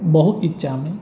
बहु इच्छामि